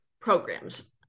programs